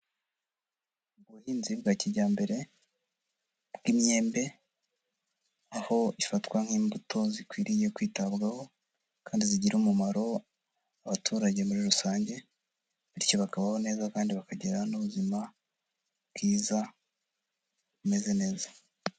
Mu buhinzi bwa kijyambere, bw'imyembe, aho ifatwa nk'imbuto zikwiriye kwitabwaho kandi zigirira umumaro abaturage muri rusange, bityo bakabaho neza kandi bakagi n'ubuzima bwiza, bumeze neza.